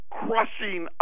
crushing